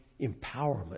empowerment